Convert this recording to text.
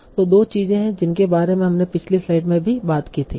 तों 2 चीजें हैं जिनके बारे में हमने पिछली स्लाइड में भी बात की थी